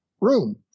room